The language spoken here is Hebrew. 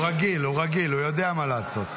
הוא רגיל, הוא רגיל, הוא יודע מה לעשות.